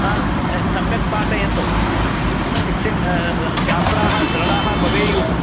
ह सम्यक् पाठयतु शिक्षकाः च छात्राः दृढाः भवेयुः